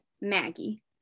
Maggie